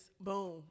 Boom